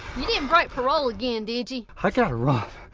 you didn't break parole again, did ya. i gotta run,